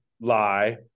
lie